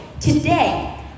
today